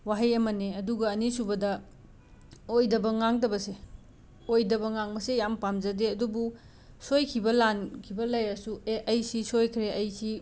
ꯋꯥꯍꯩ ꯑꯃꯅꯦ ꯑꯗꯨꯒ ꯑꯅꯤꯁꯨꯕꯗ ꯑꯣꯏꯗꯕ ꯉꯥꯡꯗꯕꯁꯦ ꯑꯣꯏꯗꯕ ꯉꯥꯡꯕꯁꯦ ꯌꯥꯝꯅ ꯄꯥꯝꯖꯗꯦ ꯑꯗꯨꯕꯨ ꯁꯣꯏꯈꯤꯕ ꯂꯥꯟꯈꯤꯕ ꯂꯩꯔꯁꯨ ꯑꯦ ꯑꯩ ꯁꯤ ꯁꯣꯏꯈ꯭ꯔꯦ ꯑꯩ ꯁꯤ